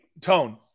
Tone